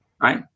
right